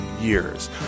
years